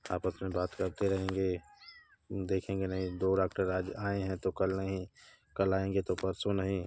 आपस में बात करते रहेंगे देखेंगे नहीं दो डाक्टर आज आएं हैं तो कल नहीं कल आएंगे तो परसों नहीं